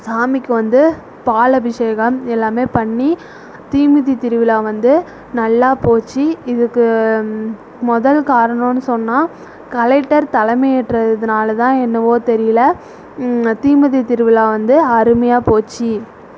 சாமிக்கு வந்து பால் அபிஷேகம் எல்லாமே பண்ணி தீமிதி திருவிழா வந்து நல்லா போச்சு இதுக்கு முதல் காரணோம்னு சொன்னால் கலெக்டர் தலைமை ஏற்றதினாலதான் என்னவோ தெரியல தீமிதி திருவிழா வந்து அருமையாக போச்சு